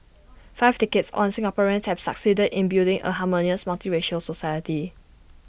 five decades on Singaporeans have succeeded in building A harmonious multiracial society